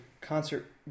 concert